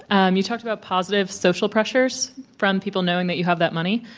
um you talked about positive social pressures from people knowing that you have that money.